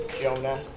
Jonah